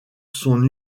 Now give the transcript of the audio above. son